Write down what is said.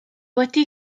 wedi